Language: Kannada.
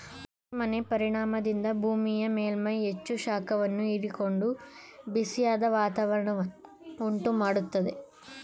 ಹಸಿರು ಮನೆ ಪರಿಣಾಮದಿಂದ ಭೂಮಿಯ ಮೇಲ್ಮೈ ಹೆಚ್ಚು ಶಾಖವನ್ನು ಹೀರಿಕೊಂಡು ಬಿಸಿಯಾದ ವಾತಾವರಣವನ್ನು ಉಂಟು ಮಾಡತ್ತದೆ